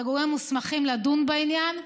את הגורמים המוסמכים לדון בעניין,